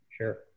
Sure